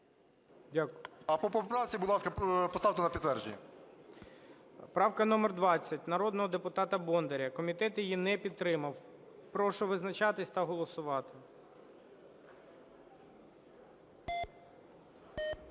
А по поправці, будь ласка, поставте на підтвердження. ГОЛОВУЮЧИЙ. Правка номер 20 народного депутата Бондаря. Комітет її не підтримав. Прошу визначатись та голосувати.